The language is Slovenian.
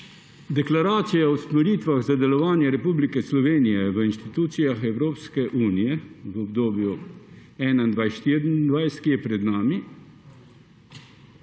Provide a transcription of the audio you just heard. Deklaracijo o usmeritvah za delovanje Republike Slovenije v institucijah Evropske unije v obdobju 2021–2024, ki je pred nami